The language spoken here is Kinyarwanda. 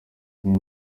zimwe